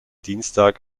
dienstag